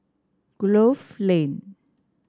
Grove Lane